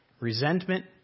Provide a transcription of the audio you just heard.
Resentment